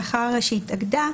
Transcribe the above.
לאחר שהיא התאגדה,